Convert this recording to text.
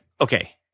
Okay